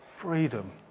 Freedom